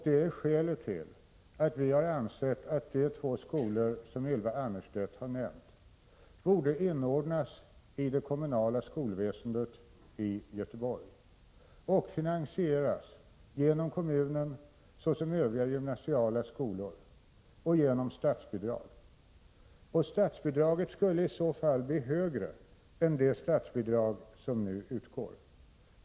Det är också skälet till att vi har ansett att de två skolor som Ylva Annerstedt har nämnt borde inordnas i det kommunala skolväsendet i Göteborg och såsom övriga gymnasiala skolor finansieras genom kommunen och genom statsbidrag. För dessa skolor skulle statsbidraget i så fall bli högre än det som nu utgår.